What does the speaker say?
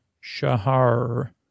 shahar